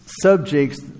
subjects